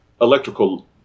electrical